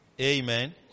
Amen